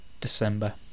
December